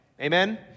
Amen